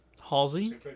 Halsey